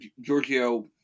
Giorgio